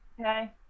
okay